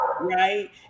right